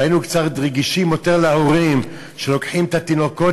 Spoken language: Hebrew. שהיינו רגישים יותר להורים שלוקחים את התינוקות